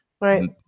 Right